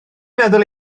meddwl